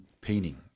painting